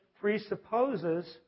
presupposes